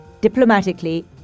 diplomatically